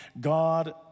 God